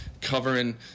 covering